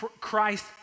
Christ